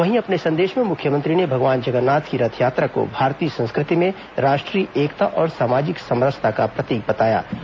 वहीं अपने संदेश में मुख्यमंत्री ने भगवान जगन्नाथ की रथयात्रा को भारतीय संस्कृति में राष्ट्रीय एकता और सामाजिक समरसता का प्रतीक बताया है